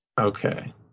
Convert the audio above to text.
Okay